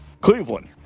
Cleveland